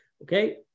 Okay